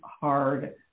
hard